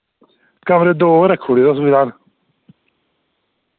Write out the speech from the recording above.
कमरे दो रक्खुड़यो तुस फिलहाल